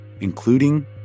including